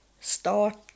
start